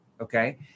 okay